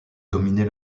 dominer